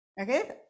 Okay